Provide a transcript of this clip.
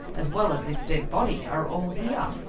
as well as this dead body, are all here?